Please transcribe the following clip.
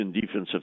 defensive